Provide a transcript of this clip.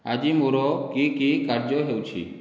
ଆଜି ମୋର କି କି କାର୍ଯ୍ୟ ହେଉଛି